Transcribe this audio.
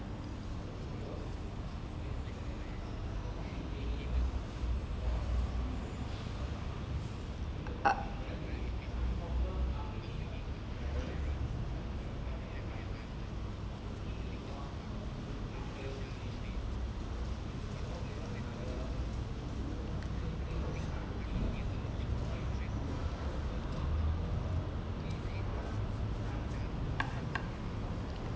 uh